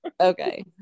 Okay